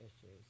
issues